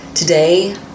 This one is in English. Today